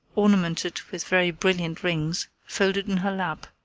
ornamented with very brilliant rings, folded in her lap,